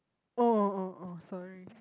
orh orh orh orh sorry